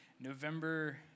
November